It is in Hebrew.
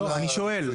לא, אני שואל.